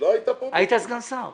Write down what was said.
יש כלים יותר קטנים.